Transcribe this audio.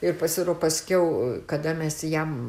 ir pasiro paskiau kada mes jam